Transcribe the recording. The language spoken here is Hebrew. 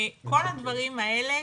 כל הדברים האלה,